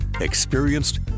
experienced